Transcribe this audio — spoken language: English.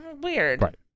weird